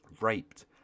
raped